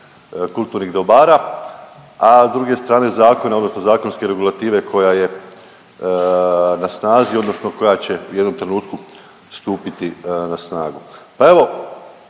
kulturnih dobara, a s druge strane zakone odnosno zakonske regulative koja je na snazi odnosno koja će u jednom trenutka stupiti na snagu. Pa evo